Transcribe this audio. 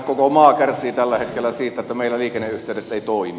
koko maa kärsii tällä hetkellä siitä että meillä liikenneyhteydet eivät toimi